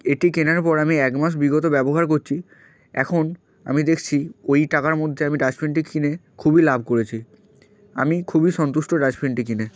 এটি কেনার পর আমি এক মাস বিগত ব্যবহার কোচ্ছি এখন আমি দেখছি ওই টাকার মধ্যে আমি ডাস্টবিনটি কিনে খুবই লাভ করেছি আমি খুবই সন্তুষ্ট ডাস্টবিনটি কিনে